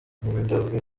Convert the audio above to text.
umurenge